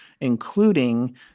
including